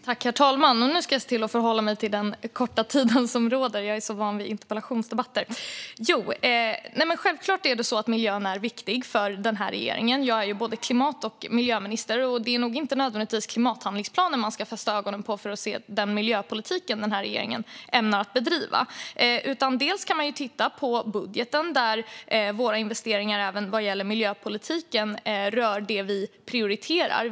Herr talman! Nu ska jag se till att hålla mig till den korta talartid som gäller - jag är så van vid interpellationsdebatter. Självklart är miljön viktig för den här regeringen. Jag är både klimat och miljöminister, och det är inte nödvändigtvis klimathandlingsplanen man ska fästa ögonen på för att se den miljöpolitik som den här regeringen ämnar driva. Man kan titta på budgeten, där våra investeringar, även vad gäller miljöpolitiken, rör det vi prioriterar.